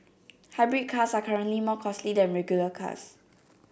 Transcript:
hybrid cars are currently more costly than regular cars